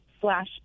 slash